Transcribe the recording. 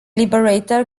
liberator